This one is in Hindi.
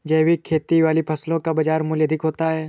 जैविक खेती वाली फसलों का बाज़ार मूल्य अधिक होता है